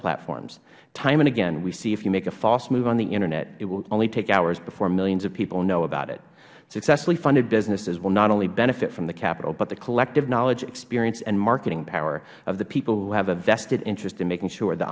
platforms time and again we see if you make a false move on the internet it will only take hours before millions of people know about it successfully funded businesses will not only benefit from the capital but the collective knowledge experience and marketing power of the people who have a vested interest in making sure the